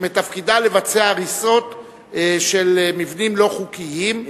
שמתפקידה לבצע הריסות של מבניים לא חוקיים,